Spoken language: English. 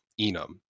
enum